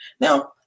now